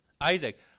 Isaac